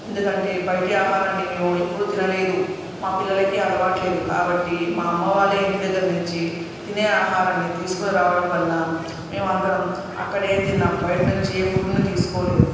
ఎందుకంటే బయటి ఆహారాన్ని మేము ఎప్పుడూ తినలేదు మా పిల్లలకి అలవాటు లేదు కాబట్టి మా అమ్మ వాళ్లే ఇంటి దగ్గర నుంచి తినే ఆహారాన్ని తీసుకొని రావడం వల్ల మేము అందరం అక్కడే తిన్నాం బయటి నుంచి ఏ ఫుడ్ని తీసుకోలేదు